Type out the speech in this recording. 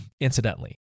incidentally